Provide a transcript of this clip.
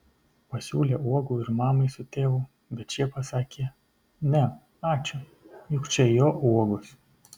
pasiūlė uogų ir mamai su tėvu bet šie pasakė ne ačiū juk čia jo uogos